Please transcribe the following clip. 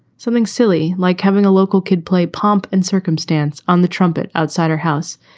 something silly, like having a local could play pomp and circumstance on the trumpet outside our house.